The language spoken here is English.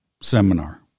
seminar